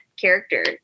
character